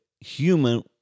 human